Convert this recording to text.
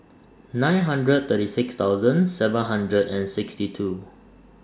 nine hundred thirty six thousand seven hundred and sixty two